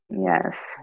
yes